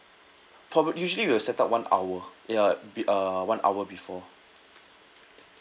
probab~ usually we will set up one hour ya be~ uh one hour before